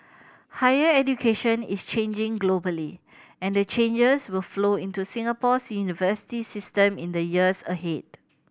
higher education is changing globally and the changes will flow into Singapore's university system in the years ahead